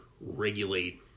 regulate